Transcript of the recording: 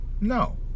No